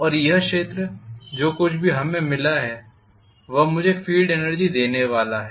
और यह क्षेत्र जो कुछ भी हमें मिला है वह मुझे फील्ड एनर्जी देने वाला है